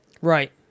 Right